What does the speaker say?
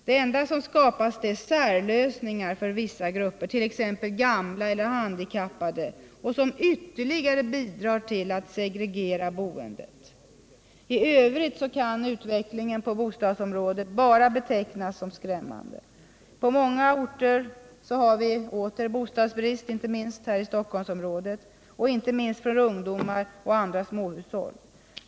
Det enda som skapas är särlösningar för vissa grupper, t.ex. gamla eller handikappade, som ytterligare bidrar till att segregera boendet. I övrigt kar utvecklingen på bostadsområdet bara betecknas som skrämmande. På många orter, exempelvis inom Stockholmsområdet, råder återigen bostadsbrist, inte minst för ungdomar och småhushåll.